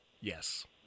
Yes